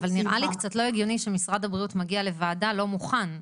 אבל נראה לי קצת לא הגיוני שמשרד הבריאות מגיע לוועדה לא מוכן.